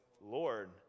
Lord